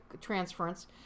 transference